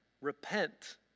Repent